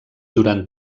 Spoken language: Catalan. durant